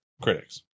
critics